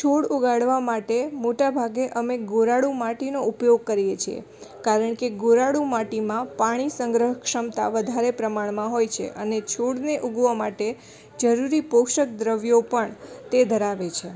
છોડ ઉગાડવા માટે મોટાભાગે અમે ગોરાડુ માટીનો ઉપયોગ કરીએ છીએ કારણ કે ગોરાડુ માટીમાં પાણી સંગ્રહ ક્ષમતા વધારે પ્રમાણમાં હોય છે અને છોડને ઉગવા માટે જરુરી પોષક દ્રવ્યો પણ તે ધરાવે છે